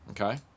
Okay